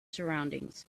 surroundings